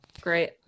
great